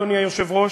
אדוני היושב-ראש,